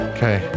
Okay